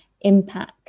impact